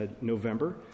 November